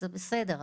זה בסדר,